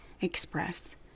express